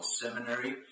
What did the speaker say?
Seminary